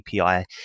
API